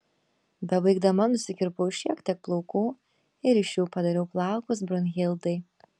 bebaigdama nusikirpau šiek tiek plaukų ir iš jų padariau plaukus brunhildai